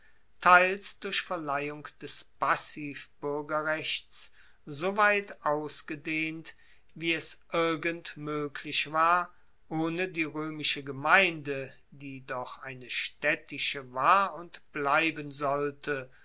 teils durch verleihung des passivbuergerrechts soweit ausgedehnt wie es irgend moeglich war ohne die roemische gemeinde die doch eine staedtische war und bleiben sollte